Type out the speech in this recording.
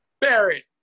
barrett